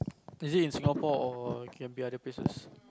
is it in Singapore or can be other places